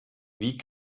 wie